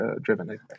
driven